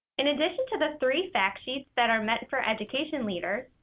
in addition to the three fact sheets that are meant for education leaders,